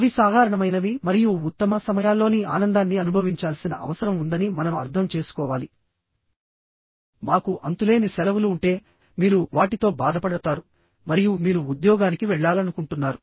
అవి సాధారణమైనవి మరియు ఉత్తమ సమయాల్లోని ఆనందాన్ని అనుభవించాల్సిన అవసరం ఉందని మనం అర్థం చేసుకోవాలి మాకు అంతులేని సెలవులు ఉంటే మీరు వాటితో బాధపడతారు మరియు మీరు ఉద్యోగానికి వెళ్లాలనుకుంటున్నారు